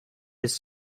his